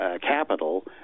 capital